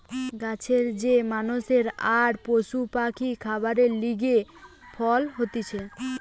গাছের যে মানষের আর পশু পাখির খাবারের লিগে ফল হতিছে